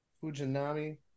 Fujinami